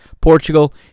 Portugal